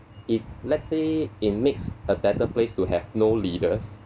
if let's say it makes a better place to have no leaders